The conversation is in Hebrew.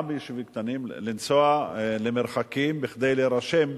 גם ביישובים קטנים, לנסוע למרחקים כדי להירשם.